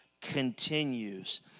continues